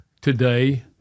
today